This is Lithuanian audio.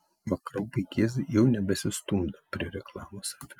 vakarop vaikėzai jau nebesistumdo prie reklamos afišų